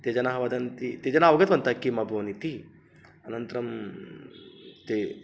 ते जनाः वदन्ति ते जनाः अवगतवन्तः किम् अभवन् इति अनन्तरं ते